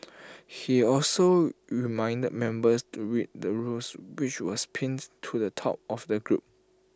he also reminded members to read the rules which was pinned to the top of the group